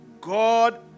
God